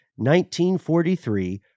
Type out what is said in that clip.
1943